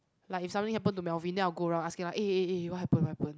like if something happened to Melvin then I'll go around asking like eh eh eh what happen what happen